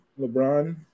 LeBron